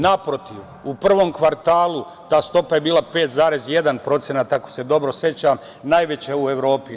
Naprotiv, u prvom kvartalu ta stopa je bila 5,1% ako se dobro sećam, najveća u Evropi.